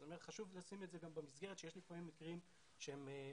אני אומר שחשוב לשים את זה במסגרת כי יש לפעמים מקרים שהם חשובים.